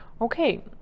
Okay